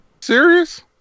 serious